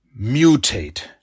mutate